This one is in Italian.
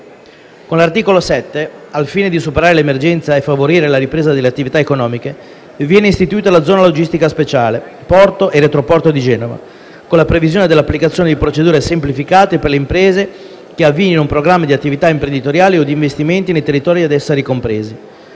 Con l’articolo 7, al fine di superare l’emergenza e favorire la ripresa delle attività economiche, viene istituita la «Zona Logistica Speciale - Porto e Retroporto di Genova», con la previsione dell’applicazione di procedure semplificate per le imprese che avviino un programma di attività imprenditoriali o di investimenti nei territori in essa ricompresi.